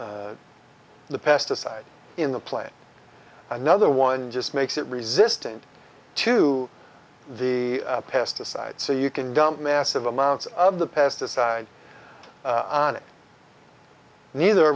the the pesticides in the plant another one just makes it resistant to the pesticides so you can dump massive amounts of the pesticides on it neither